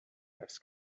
است